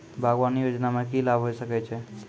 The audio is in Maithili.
बागवानी योजना मे की लाभ होय सके छै?